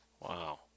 wow